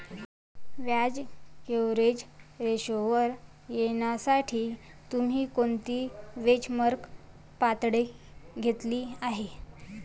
व्याज कव्हरेज रेशोवर येण्यासाठी तुम्ही कोणती बेंचमार्क पातळी घेतली आहे?